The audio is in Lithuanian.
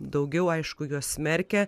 daugiau aišku juos smerkia